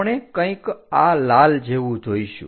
આપણે કંઈક આ લાલ જેવું જોઈશું